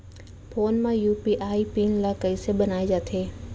Phone म UPI PIN ल कइसे बनाये जाथे?